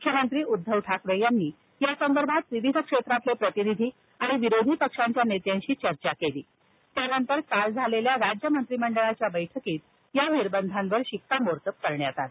मुख्यमंत्री उद्धव ठाकरे यांनी या संदर्भात विविध क्षेत्रातील प्रतिनिधी आणि विरोधी पक्षांच्या नेत्यांशी चर्चा केली त्यानंतर काल झालेल्या राज्य मंत्रिमंडळाच्या बैठकीत या निर्बंधांवर शिक्कामोर्तब करण्यात आलं